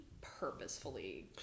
purposefully